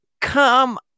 come